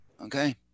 Okay